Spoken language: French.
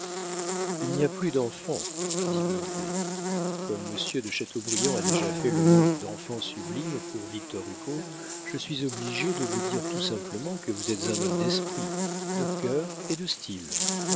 il n'y a plus d'enfants dit blondet comme monsieur de chateaubriand a déjà fait le mot d'enfant sublime pour victor hugo je suis obligé de vous dire tout simplement que vous êtes un homme d'esprit de cœur et de style